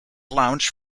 lounge